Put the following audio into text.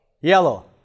Yellow